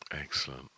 excellent